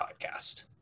podcast